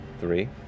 Three